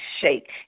shake